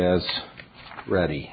as ready